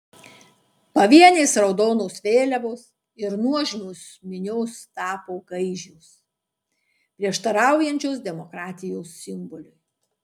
pavienės raudonos vėliavos ir nuožmios minios tapo gaižios prieštaraujančios demokratijos simboliui